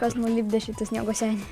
kas nulipdė šitą sniego senį